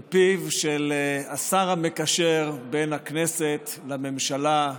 מפיו של השר המקשר בין הכנסת לממשלה,